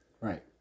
Right